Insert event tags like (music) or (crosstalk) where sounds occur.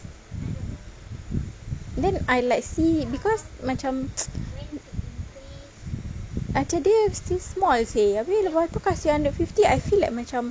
then I like see because macam (noise) macam dia still small seh abeh lepas tu kasi hundred fifty I feel like macam